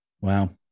Wow